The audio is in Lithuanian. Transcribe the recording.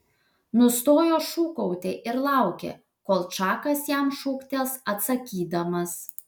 nustojo šūkauti ir laukė kol čakas jam šūktels atsakydamas